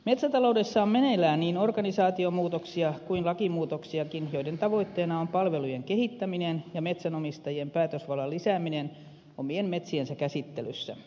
metsätaloudessa on meneillään niin organisaatiomuutoksia kuin lakimuutoksiakin joiden tavoitteena on palvelujen kehittäminen ja metsänomistajien päätösvallan lisääminen omien metsiensä käsittelyssä